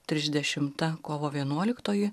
trisdešimta kovo vienuoliktoji